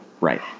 Right